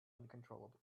uncontrollably